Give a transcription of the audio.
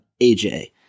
AJ